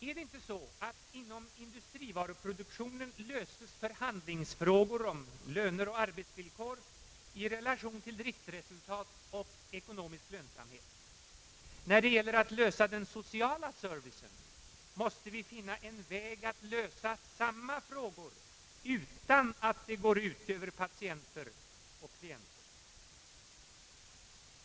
Är det inte så att inom industrivaruproduktionen förhandlingsfrågor om löner och arbetsvillkor löses i relation till driftsresultat och ekonomisk lönsamhet. När det gäller social service måste vi finna en väg att lösa motsvarande frågor utan att det går ut över patienter och klienter.